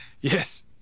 Yes